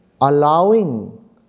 allowing